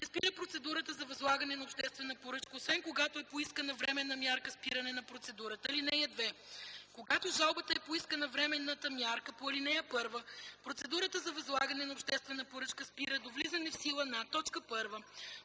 спира процедурата за възлагане на обществена поръчка, освен когато е поискана временна мярка „спиране на процедурата”. (2) Когато с жалбата е поискана временната мярка по ал. 1, процедурата за възлагане на обществена поръчка спира до влизане в сила на: 1.